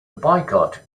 boycott